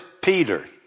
Peter